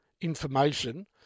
information